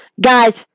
Guys